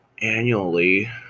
annually